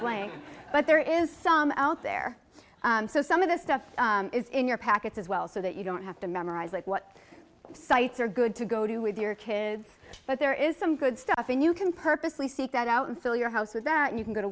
playing but there is some out there so some of the stuff is in your packets as well so that you don't have to memorize like what sites are good to go to with your kids but there is some good stuff and you can purposely seek that out and fill your house with that you can g